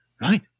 Right